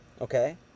Okay